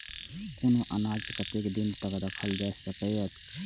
कुनू अनाज कतेक दिन तक रखल जाई सकऐत छै?